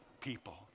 people